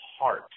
heart